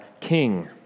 King